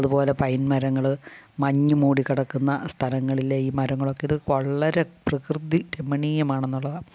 അതു പോലെ പൈൻ മരങ്ങൾ മഞ്ഞ് മൂടിക്കിടക്കുന്ന സ്ഥലങ്ങളിലെ ഈ മരങ്ങളൊക്കെ ഇത് വളരെ പ്രകൃതി രമണീയമാണെന്നുള്ളതാണ്